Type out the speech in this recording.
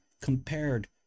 compared